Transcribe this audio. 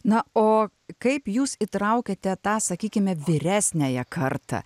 na o kaip jūs įtraukėte tą sakykime vyresniąją kartą